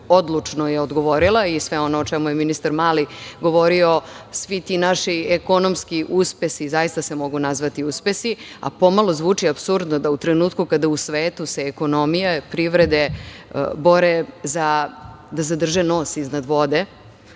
odlučno je odgovorila i sve ono o čemu je ministar Mali govorio, svi ti naši ekonomski uspesi zaista se mogu nazvati uspesi. Pomalo zvuči apsurdno da a u trenutku kada u svetu se ekonomije, privrede bore da zadrže nos iznad vode,